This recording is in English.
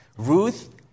Ruth